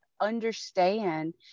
understand